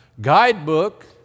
guidebook